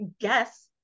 guess